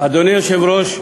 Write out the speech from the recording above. אדוני היושב-ראש,